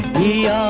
the